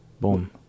Boom